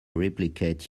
replicate